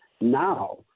now